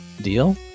Deal